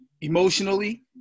emotionally